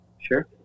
Sure